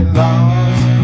lost